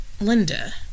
Linda